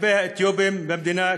כלפי האתיופים במדינה,